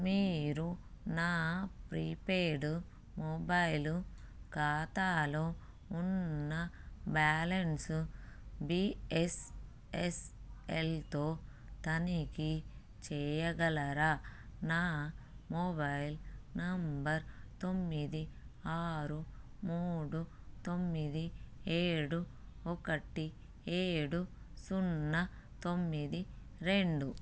మీరు నా prepaid mobile ఖాతాలో ఉన్న బ్యాలెన్సు బీ ఎస్ ఎస్ ఎల్తో తనిఖీ చేయగలరా నా మొబైల్ నెంబర్ తొమ్మిది ఆరు మూడు తొమ్మిది ఏడు ఒకటి ఏడు సున్నా తొమ్మిది రెండు